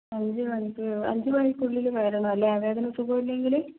അഞ്ച് മണിക്ക് അഞ്ച് മണിക്കുള്ളില് വരണമല്ലെ വേദന സുഖമില്ലെങ്കില്